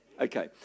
Okay